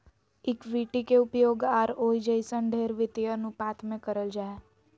equity के उपयोग ROE जइसन ढेर वित्तीय अनुपात मे करल जा हय